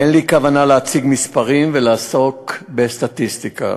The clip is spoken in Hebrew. אין לי כוונה להציג מספרים ולעסוק בסטטיסטיקה